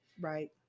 Right